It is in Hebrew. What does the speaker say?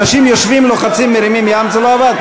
אנשים יושבים ולוחצים, מרימים יד, זה לא עבר.